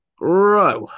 Right